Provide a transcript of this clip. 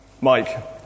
Mike